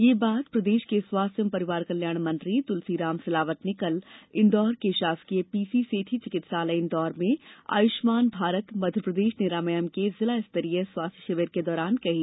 ये बात प्रदेष के स्वास्थ्य एवं परिवार कल्याण मंत्री तुलसीराम सिलावट ने कल इंदौर के शासकीय पीसी सेठी चिकित्सालय इंदौर में आयुष्मान भारतमध्यप्रदेश निरामयम के जिला स्तरीय स्वास्थ्य शिविर के दौरान कही